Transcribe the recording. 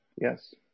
Yes